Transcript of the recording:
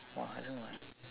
!wah! I don't know